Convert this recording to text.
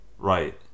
Right